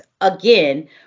again